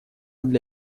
для